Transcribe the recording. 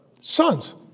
Sons